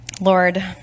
Lord